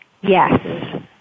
yes